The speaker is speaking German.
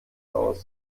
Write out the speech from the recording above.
aus